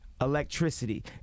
electricity